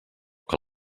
que